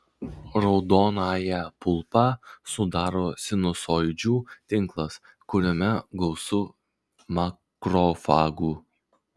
raudonąją pulpą sudaro sinusoidžių tinklas kuriame gausu makrofagų